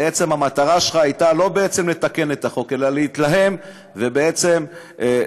המטרה שלך לא הייתה לתקן את החוק אלא להתלהם ובעצם לבוא,